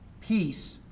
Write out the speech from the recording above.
peace